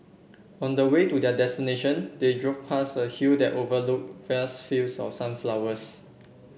on the way to their destination they drove past a hill that overlook vast fields of sunflowers